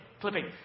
clipping